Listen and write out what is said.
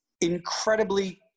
incredibly